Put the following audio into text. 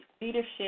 Leadership